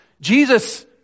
Jesus